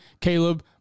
Caleb